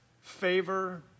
favor